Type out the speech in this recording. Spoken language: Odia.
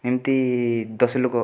ଏମତି ଦଶ ଲୋକ